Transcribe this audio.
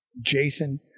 jason